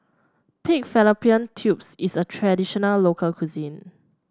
Pig Fallopian Tubes is a traditional local cuisine